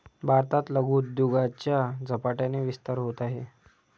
भारतात लघु उद्योगाचा झपाट्याने विस्तार होत आहे